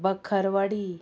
बखरवाडी